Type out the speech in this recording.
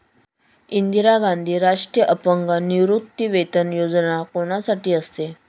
इंदिरा गांधी राष्ट्रीय अपंग निवृत्तीवेतन योजना कोणासाठी असते?